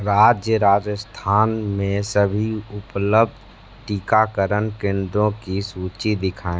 राज्य राजस्थान में सभी उपलब्ध टीकाकरण केंद्रों की सूची दिखाएँ